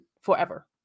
forever